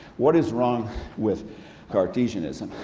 what is wrong with cartesianism?